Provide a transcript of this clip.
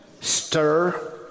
stir